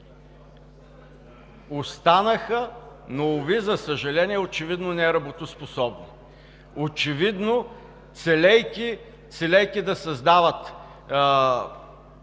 Останаха, но, уви, за съжаление, очевидно неработоспособни, очевидно целейки да създават,